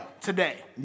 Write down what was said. today